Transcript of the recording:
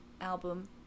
album